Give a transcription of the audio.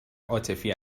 عاطفی